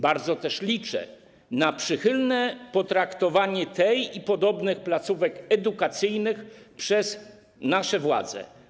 Bardzo też liczę na przychylne potraktowanie tej i podobnych placówek edukacyjnych przez nasze władze.